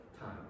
time